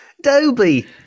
Dobby